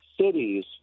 cities